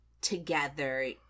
together